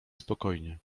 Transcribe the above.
spokojnie